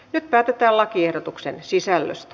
nyt päätetään lakiehdotusten sisällöstä